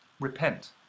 Repent